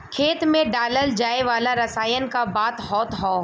खेत मे डालल जाए वाला रसायन क बात होत हौ